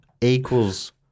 equals